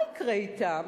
מה יקרה אתם?